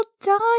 done